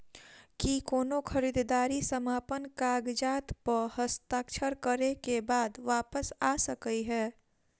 की कोनो खरीददारी समापन कागजात प हस्ताक्षर करे केँ बाद वापस आ सकै है?